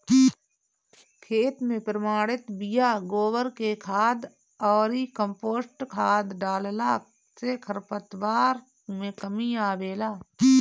खेत में प्रमाणित बिया, गोबर के खाद अउरी कम्पोस्ट खाद डालला से खरपतवार में कमी आवेला